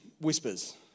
whispers